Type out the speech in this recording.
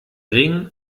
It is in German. ring